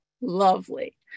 Lovely